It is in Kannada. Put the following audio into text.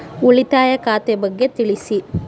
ಉಳಿತಾಯ ಖಾತೆ ಬಗ್ಗೆ ತಿಳಿಸಿ?